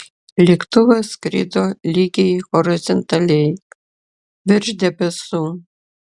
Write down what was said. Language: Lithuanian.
lėktuvas skrido lygiai horizontaliai virš debesų